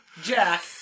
Jack